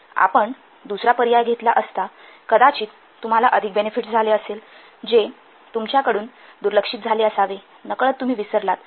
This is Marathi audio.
आपण दुसरा पर्याय घेतला असता कदाचित तुम्हाला अधिक बेनेफिट्स झाले असेल जे तुमच्याकडून दुर्लक्षित झाले असावे नकळत तुम्ही विसरलात